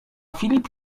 filip